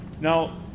Now